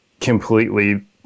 completely